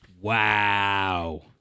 Wow